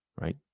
right